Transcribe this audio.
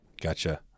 Gotcha